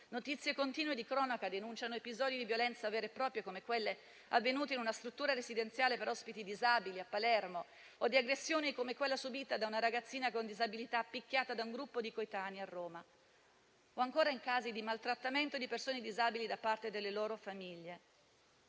Notizie continue di cronaca denunciano episodi di violenza vera e propria, come quelle avvenute in una struttura residenziale per ospiti disabili a Palermo, o di aggressioni come quella subita da una ragazzina con disabilità, picchiata da un gruppo di coetanei a Roma, o ancora in casi di maltrattamento di persone disabili da parte delle loro famiglie.